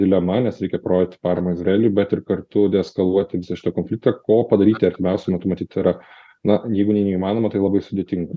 dilema nes reikia parodyt paramą izraeliui bet ir kartu neeskaluoti konflikto ko padaryti artimiausiu metu matyt yra na jeigu neįmanoma tai labai sudėtinga